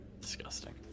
Disgusting